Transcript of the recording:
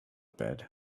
bed